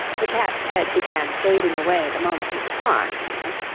the cat's head began fading away the moment he was gone, and,